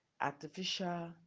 artificial